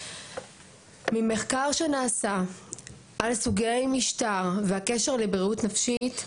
ממחקר שנעשה על סוגי משטר והקשר לבריאות נפשית,